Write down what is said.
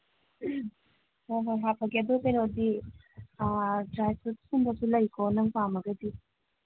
ꯍꯣꯏ ꯍꯣꯏ ꯍꯥꯞꯄꯒꯦ ꯑꯗꯨ ꯀꯩꯅꯣꯗꯤ ꯗ꯭ꯔꯥꯏ ꯐ꯭ꯔꯨꯠꯁꯀꯨꯝꯕꯁꯨ ꯂꯩꯀꯣ ꯅꯪ ꯄꯥꯝꯃꯒꯗꯤ